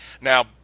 Now